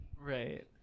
Right